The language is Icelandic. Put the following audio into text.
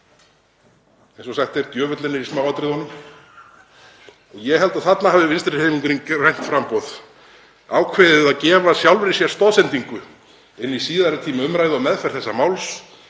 Eins og sagt er, djöfullinn er í smáatriðunum. Ég held að þarna hafi Vinstrihreyfingin – grænt framboð ákveðið að gefa sjálfri sér stoðsendingu inn í seinni umræðu og meðferð þessa máls